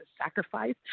sacrifice